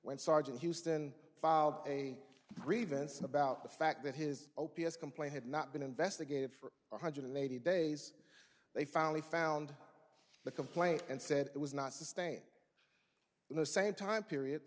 when sergeant houston filed a grievance about the fact that his o p s complaint had not been investigated for one hundred eighty days they finally found the complaint and said it was not sustained in the same time period